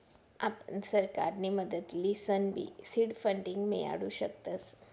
आपण सरकारनी मदत लिसनबी सीड फंडींग मियाडू शकतस